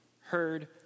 heard